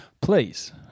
please